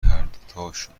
هردوتاشون